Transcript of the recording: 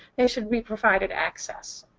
they should be provided access.